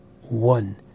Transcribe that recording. one